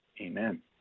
Amen